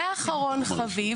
ואחרון חביב,